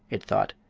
it thought,